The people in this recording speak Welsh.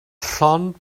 llond